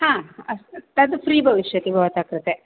अस् तद् फ़्री भविष्यति भवतः कृते